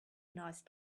nice